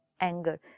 anger